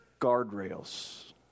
guardrails